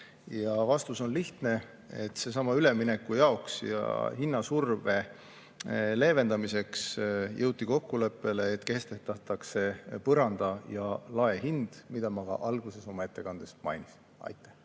Vastus on lihtne: sellesama ülemineku jaoks ja hinnasurve leevendamiseks jõuti kokkuleppele, et kehtestatakse põranda‑ ja laehind, mida ma ka oma ettekandes mainisin. Aitäh!